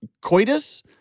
coitus